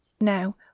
Now